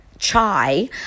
chai